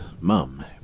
Mum